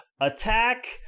attack